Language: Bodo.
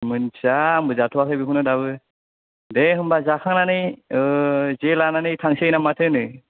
मोनथिया आंबो जाथवाखै बेखौनो दाबो दे होनबा जाखांनानै ओह जे लानानै थांसै ना माथो होनो